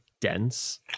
dense